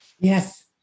yes